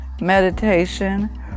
meditation